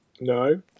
No